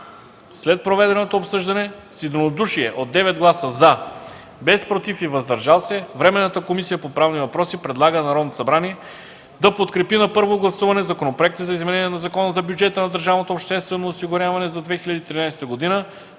След проведеното обсъждане, с единодушие от 9 гласа „за”, без „против” и „въздържали се”, Временната комисия по правни въпроси предлага на Народното събрание да подкрепи на първо гласуване законопроекти за изменение на Закона за бюджета на държавното обществено осигуряване за 2013 г.,